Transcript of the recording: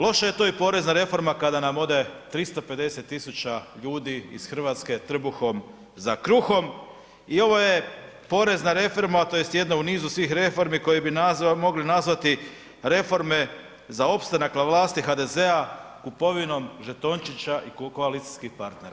Loše je to i porezna reforma kada nam ode 350 tisuća ljudi iz Hrvatske trbuhom za kruhom i ovo je porezna reforma, tj. jedna u nizu svih reformi koje bi mogli nazvati reforme za opstanak na vlasti HDZ-a kupovinom žetončića i koalicijskih partnera.